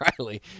riley